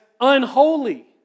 unholy